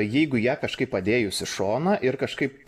jeigu ją kažkaip padėjus į šoną ir kažkaip